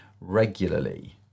regularly